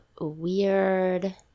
weird